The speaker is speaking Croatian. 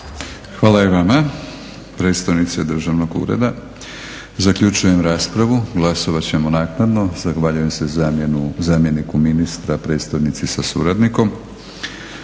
Hvala i vama predstavnice državnog ureda. Zaključujem raspravu. Glasovat ćemo naknadno. Zahvaljujem se zamjeniku ministra, predstojnici sa suradnikom